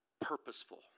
purposeful